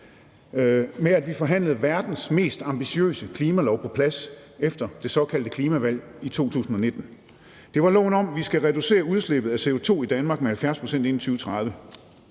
med, at vi forhandlede verdens mest ambitiøse klimalov på plads efter det såkaldte klimavalg i 2019, nemlig loven om, at vi skal reducere udslippet af CO2 i Danmark med 70 pct. inden 2030.